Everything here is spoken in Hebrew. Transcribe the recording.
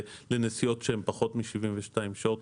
לנסיעות שהן פחות מ- 72 שעות,